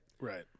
Right